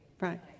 right